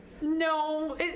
No